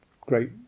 great